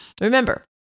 Remember